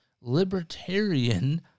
Libertarian